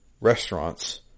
restaurants